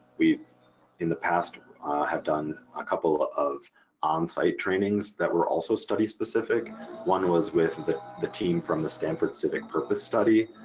we in the past have done a couple of onsite trainings that were also study-specific. one was with the the team from the stanford civic purpose study